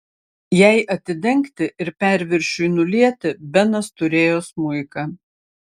jai atidengti ir perviršiui nulieti benas turėjo smuiką